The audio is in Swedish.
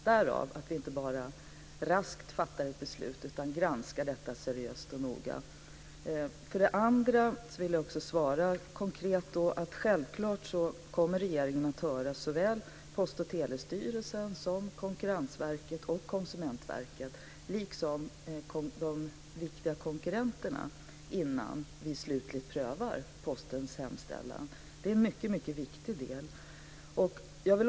Därav följer att vi inte bara raskt ska fatta ett beslut utan att vi måste granska detta seriöst och noggrant. För det andra vill jag också svara konkret att regeringen självklart kommer att höra såväl Post och telestyrelsen som Konkurrensverket och Konsumentverket liksom de viktigaste konkurrenterna innan vi slutligt prövar Postens hemställan. Det är en mycket viktig del.